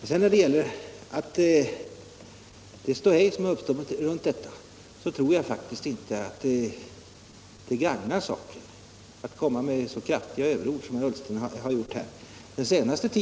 När det sedan gäller det ståhej som uppstått runt denna åtgärd tror jag faktiskt att det inte gagnar saken att använda så kraftiga överord som herr Ullsten har gjort här.